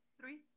Three